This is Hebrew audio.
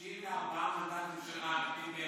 שאם ארבעה מנדטים של רע"מ